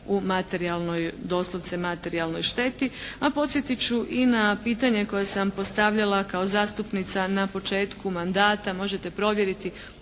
doslovce materijalnoj šteti. A podsjetit ću i na pitanje koje sam postavljala kao zastupnica na početku mandata, možete provjeriti